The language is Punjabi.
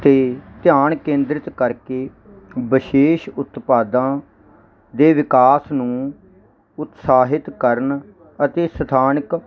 ਅਤੇ ਧਿਆਨ ਕੇਂਦਰਿਤ ਕਰਕੇ ਵਿਸ਼ੇਸ਼ ਉਤਪਾਦਾਂ ਦੇ ਵਿਕਾਸ ਨੂੰ ਉਤਸਾਹਿਤ ਕਰਨ ਅਤੇ ਸਥਾਨਕ